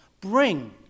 bring